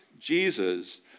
Jesus